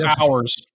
hours